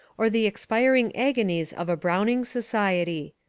or the expiring agonies of a browning society.